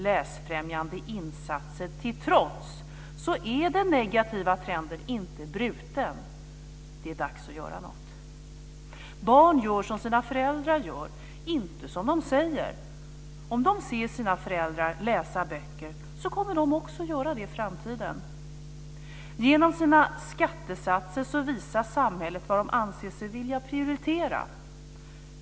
Läsfrämjande insatser till trots är den negativa trenden inte bruten. Det är dags att göra något! Barn gör som deras föräldrar gör, inte som de säger. Om de ser sina föräldrar läsa böcker kommer de också att göra det i framtiden. Genom sina skattesatser visar samhället vad man anser sig vilja prioritera.